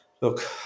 Look